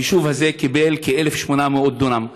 היישוב הזה קיבל כ-1,800 דונם.